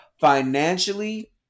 financially